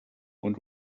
und